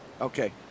Okay